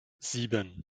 sieben